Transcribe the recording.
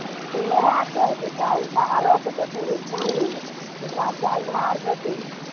नहाकऽ बेटा हुनका अर्घ्य देतै ओहि पानिमे तकर बाद जल ढ़ारि देतै आ